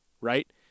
right